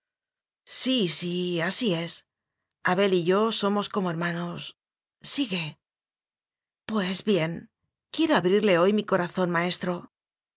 sí sí así es abel y yo somos como her manos sigue pues bien quiero abrirle hoy mi cora zón maestro